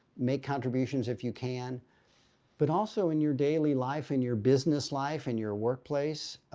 make contributions if you can but also in your daily life, in your business life, in your workplace,